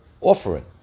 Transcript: offering